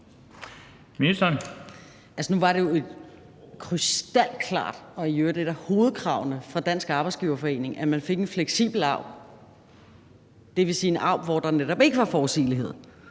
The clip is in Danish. Nu var det jo krystalklart og i øvrigt et af hovedkravene fra Dansk Arbejdsgiverforening side, at man fik en fleksibel AUB, det vil sige en AUB, hvor der netop ikke var forudsigelighed;